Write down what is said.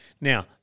Now